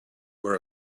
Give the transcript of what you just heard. were